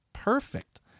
perfect